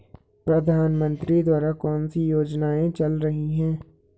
प्रधानमंत्री के द्वारा कौनसी योजनाएँ चल रही हैं?